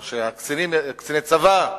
או שקציני צבא,